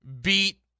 beat